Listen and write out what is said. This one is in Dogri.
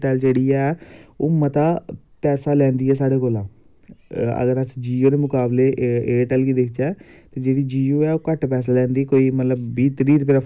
पढ़ने तुहानू पता ऐ पढ़ने बच्चें दा ध्यान घट्ट गै लगदा खेल कूद दे उत्त गै बच्चे दा मता होंदा हून अस आए दे हून असें खेलना मज़े कन्ने मज़ा लैना पूरा खेल्ला दा